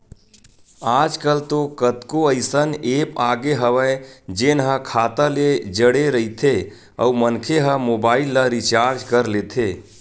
आजकल तो कतको अइसन ऐप आगे हवय जेन ह खाता ले जड़े रहिथे अउ मनखे ह मोबाईल ल रिचार्ज कर लेथे